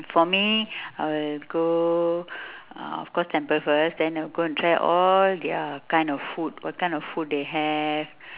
for me I'll go uh of course temple first then I'll go and try all their kind of food what kind of food they have